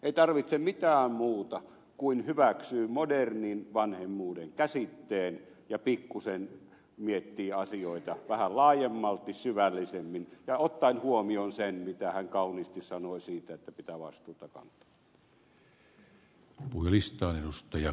ei tarvitse mitään muuta kuin että hyväksyy modernin vanhemmuuden käsitteen ja pikkusen miettii asioita vähän laajemmalti syvällisemmin ja ottaen huomioon sen mitä hän puhui kauniisti siitä että pitää vastuuta kantaa